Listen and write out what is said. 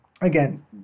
again